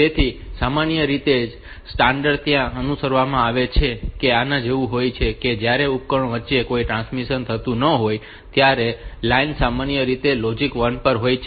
તેથી સામાન્ય રીતે જે સ્ટાન્ડર્ડ ત્યાં અનુસરવામાં આવે છે તે આના જેવું હોય છે કે જ્યારે ઉપકરણો વચ્ચે કોઈ ટ્રાન્સમિશન થતું ન હોય ત્યારે લાઇન સામાન્ય રીતે લોજીક 1 પર હોય છે